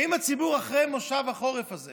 האם אחרי מושב החורף הזה